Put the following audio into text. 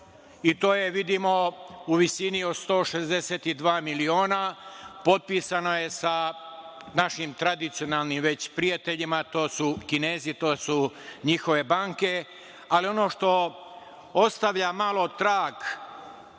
i to je, vidimo, u visini od 162 miliona. Potpisano je sa našim tradicionalno već prijateljima, a to su Kinezi, njihove banke. Ono što ostavlja malo trag